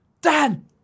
Dan